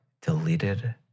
deleted